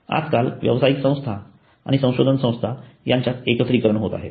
आजकाल व्यवसायिक संस्था आणि संशोधन संस्था यांच्यात एकीकरण होत आहे